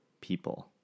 people